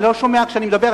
אני לא שומע כשאני מדבר,